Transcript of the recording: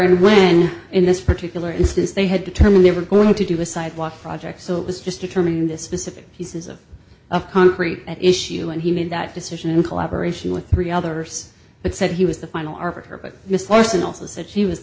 and when in this particular instance they had determined they were going to do a sidewalk project so it was just determining the specific pieces of concrete at issue and he made that decision in collaboration with three others that said he was the final arbiter but miss torsen also said she was